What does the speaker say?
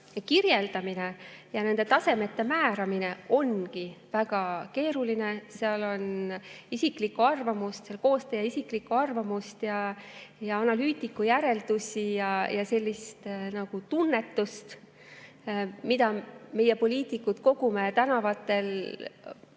kirjeldamine ja nende tasemete määramine ongi väga keeruline. Seal on isiklikku arvamust, koostaja isiklikku arvamust ja analüütiku järeldusi ja sellist tunnetust, mida meie, poliitikud kogume tänavatel